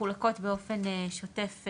מחולקות באופן שוטף?